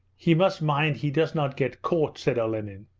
he must mind he does not get caught said olenin.